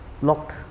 locked